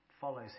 follows